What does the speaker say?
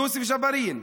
יוסף ג'בארין,